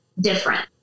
different